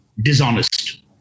dishonest